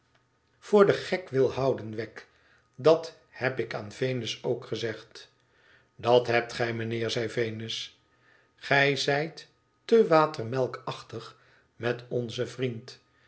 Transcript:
voor den gek wil houden wegg dat heb ik aan venus ook gezegd dat hebt gij mijnheer zei venus gij zijt te waterenmelkachtig met onzen vriend